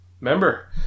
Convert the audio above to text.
remember